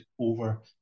over